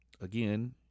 again